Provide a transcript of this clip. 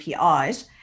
APIs